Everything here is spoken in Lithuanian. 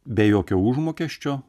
be jokio užmokesčio